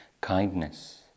Kindness